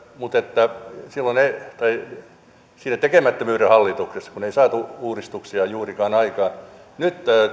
mutta siinä tekemättömyyden hallituksessa kun ei saatu uudistuksia juurikaan aikaan nyt